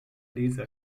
lese